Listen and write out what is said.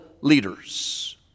leaders